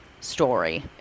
story